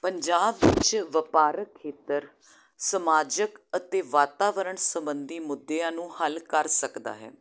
ਪੰਜਾਬ ਵਿੱਚ ਵਪਾਰਕ ਖੇਤਰ ਸਮਾਜਕ ਅਤੇ ਵਾਤਾਵਰਣ ਸਬੰਧੀ ਮੁੱਦਿਆਂ ਨੂੰ ਹੱਲ ਕਰ ਸਕਦਾ ਹੈ